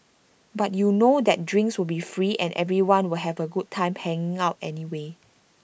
because you know that drinks will be free and everyone will have A good time hanging out anyway